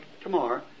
tomorrow